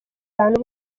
bantu